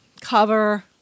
cover